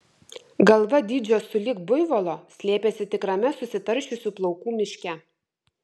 galva dydžio sulig buivolo slėpėsi tikrame susitaršiusių plaukų miške